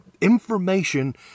information